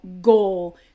goal